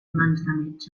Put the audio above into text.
mans